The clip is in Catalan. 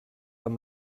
amb